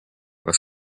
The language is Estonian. kas